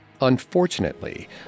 Unfortunately